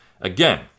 Again